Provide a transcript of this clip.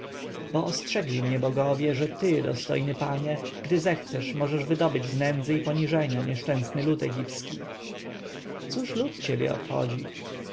ostrzegli mnie bogowie że ty dostojny panie gdy zechcesz możesz wydobyć z nędzy i poniżenia nieszczęsny lud egipski cóż lud ciebie obchodzi